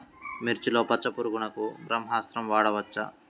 మిర్చిలో పచ్చ పురుగునకు బ్రహ్మాస్త్రం వాడవచ్చా?